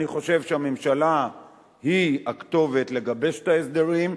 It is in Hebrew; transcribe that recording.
אני חושב שהממשלה היא הכתובת לגבש את ההסדרים,